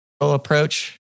approach